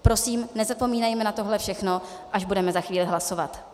Prosím, nezapomínejme na tohle všechno, až budeme za chvíli hlasovat.